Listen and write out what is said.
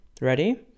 Ready